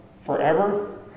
forever